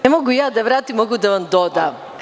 Ne mogu ja da vratim, mogu da vam dodam.